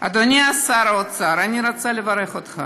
אורלי אדוני שר האוצר, אני רוצה לברך אותך